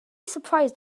surprised